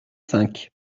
cinq